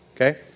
Okay